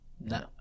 no